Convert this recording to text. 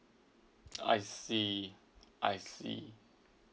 I see I see